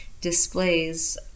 displays